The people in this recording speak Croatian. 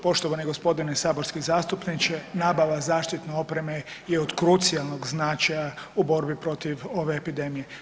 Poštovani gospodine saborski zastupniče nabava zaštitne opreme je od krucijalnog značaja u borbi protiv ove epidemije.